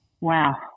wow